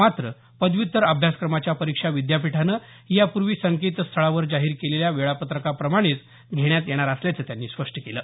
मात्र पदव्य्तर अभ्यासक्रमाच्या परीक्षा विद्यापीठानं यापूर्वी संकेतस्थळावर जाहीर केलेल्या वेळापत्रकाप्रमाणेच घेण्यात येणार असल्याचं त्यांनी स्पष्ट केलं